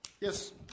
Yes